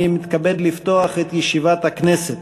אני מתכבד לפתוח את ישיבת הכנסת.